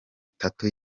tatu